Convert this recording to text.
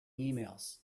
emails